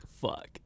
fuck